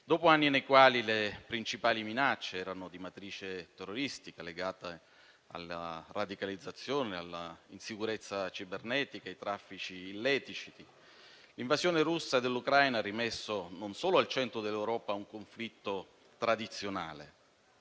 Dopo anni nei quali le principali minacce erano di matrice terroristica, legate alla radicalizzazione, all'insicurezza cibernetica e ai traffici illeciti, l'invasione russa dell'Ucraina non solo ha rimesso al centro dell'Europa un conflitto tradizionale,